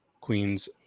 queens